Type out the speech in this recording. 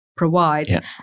provides